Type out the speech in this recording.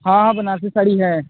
हाँ हाँ बनारसी साड़ी है